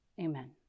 Amen